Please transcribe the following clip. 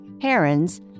herons